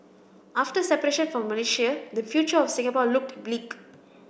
after separation from Malaysia the future of Singapore looked bleak